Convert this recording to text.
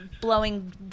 blowing